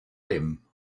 him